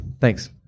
Thanks